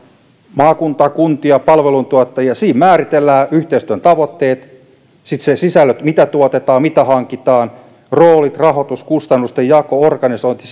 maakunta kuntia palveluntuottajia siinä määritellään yhteistyön tavoitteet sitten sen sisällöt mitä tuotetaan mitä hankitaan roolit rahoitus kustannustenjako organisointi